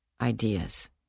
ideas